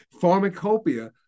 pharmacopoeia